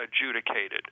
adjudicated